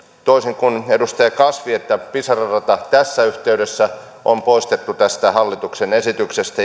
toisin kuin edustaja kasvi että pisara rata tässä yhteydessä on poistettu tästä hallituksen esityksestä